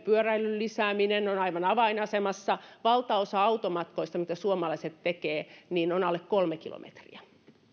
ja pyöräilyn lisääminen ovat aivan avainasemassa valtaosa automatkoista mitä suomalaiset tekevät on alle kolme kilometriä